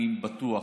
ואני בטוח,